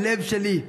הלב שלי,